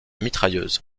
mitrailleuse